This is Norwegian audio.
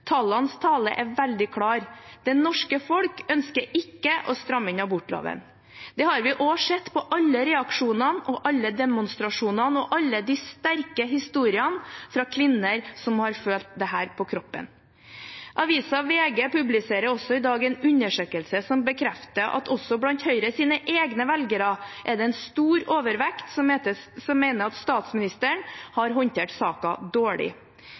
Tallenes tale er veldig klar. Det norske folk ønsker ikke å stramme inn abortloven. Det har vi også sett på alle reaksjonene, alle demonstrasjonene og alle de sterke historiene fra kvinner som har følt dette på kroppen. Avisen VG publiserer i dag en undersøkelse som bekrefter at også blant Høyres egne velgere er det en stor overvekt som mener at statsministeren har håndtert saken dårlig.